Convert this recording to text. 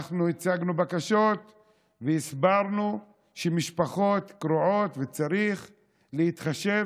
אנחנו הצגנו בקשות והסברנו שמשפחות קרועות ושצריך להתחשב